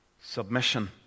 submission